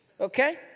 Okay